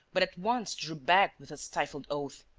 but at once drew back with a stifled oath.